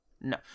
No